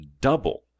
double